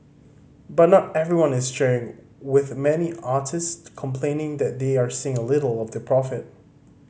but not everyone is cheering with many artists complaining that they are seeing little of the profit